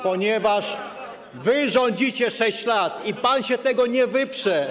Ponieważ wy rządzicie 6 lat i pan się tego nie wyprze.